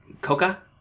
Coca